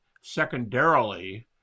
secondarily